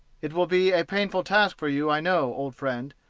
it will be a painful task for you, i know, old friend,